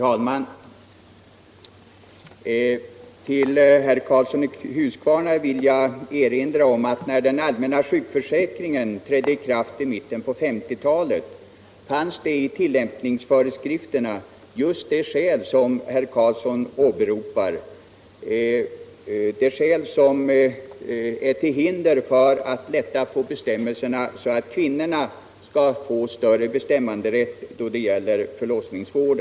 Herr talman! Jag vill erinra herr Karlsson i Huskvarna om, att när den allmänna sjukförsäkringen trädde i kraft i mitten på 1950-talet fanns i tillämpningsföreskrifterna just det skäl som herr Karlsson här säger är till hinders när det gäller att lätta på bestämmelserna för att kvinnorna skall få större bestämmanderätt över sin förlossningsvård.